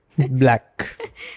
Black